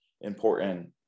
important